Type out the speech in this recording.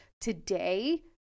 today